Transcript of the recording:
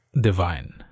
Divine